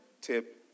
tip